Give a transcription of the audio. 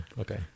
Okay